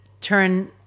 turn